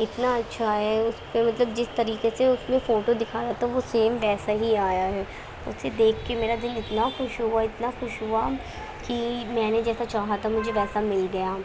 اتنا اچھا ہے اس پہ مطلب جس طریقے سے اس میں فوٹو دکھایا تھا وہ سیم ویسے ہی آیا ہے اسے دیکھ کے میرا دل اتنا خوش ہوا اتنا خوش ہوا کہ میں نے جیسا چاہا تھا مجھے ویسا مل گیا